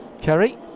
Kerry